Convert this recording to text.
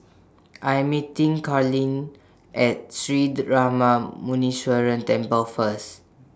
I Am meeting Karlene At Sri Darma Muneeswaran Temple First